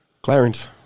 Clarence